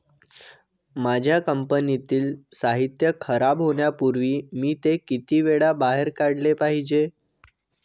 माझ्या कंपनीतील साहित्य खराब होण्यापूर्वी मी ते किती वेळा बाहेर काढले पाहिजे?